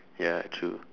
ya true